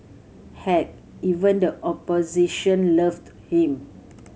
heck even the opposition loved him